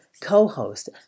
co-host